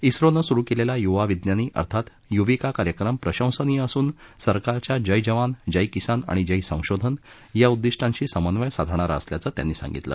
इस्रोनं सुरु केलेला युवा विज्ञानी अर्थात युविका कार्यक्रम प्रशंसनीय असून सरकारच्या जय जवान जय किसान आणि जय संशोधन या उद्दिष्टांशी समन्वय साधिणारा असल्याचं त्यांनी सांगितलं